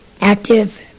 active